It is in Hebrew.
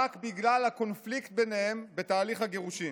רק בגלל הקונפליקט ביניהם בתהליך הגירושים.